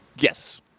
Yes